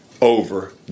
over